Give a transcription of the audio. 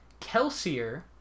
Kelsier